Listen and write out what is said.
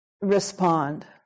respond